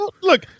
Look